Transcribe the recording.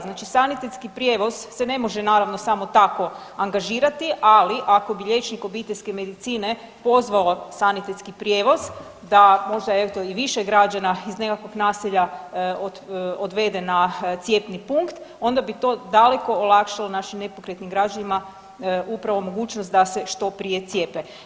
Znači sanitetski prijevoz se ne može naravno samo tako angažirati, ali ako bi liječnik obiteljske medicine pozvao sanitetski prijevoz da možda eventualno i više građana iz nekakvog naselja odvede na cjepni punkt onda bi to daleko olakšalo našim nepokretnim građanima upravo mogućnost da se što prije cijepe.